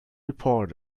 report